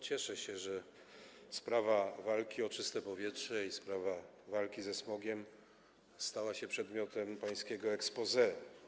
Cieszę się, że sprawa walki o czyste powietrze i sprawa walki ze smogiem stała się przedmiotem pańskiego exposé.